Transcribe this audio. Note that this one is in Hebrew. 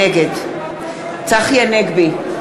נגד צחי הנגבי,